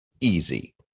easy